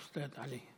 תפדל, אוסתאז עלי.